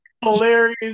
hilarious